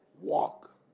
Walk